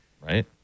right